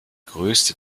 größte